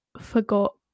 forgot